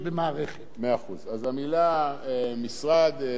אז המלה משרד תוחלף במלה מערכת.